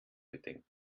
bedenken